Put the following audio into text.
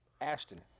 ashton